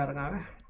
another